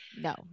No